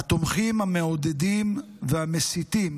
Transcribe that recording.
התומכים, המעודדים והמסיתים